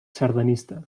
sardanista